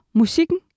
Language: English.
musikken